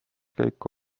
käiku